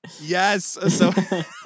yes